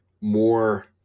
more